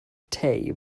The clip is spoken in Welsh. tei